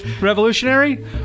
revolutionary